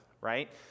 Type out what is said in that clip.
right